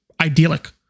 idyllic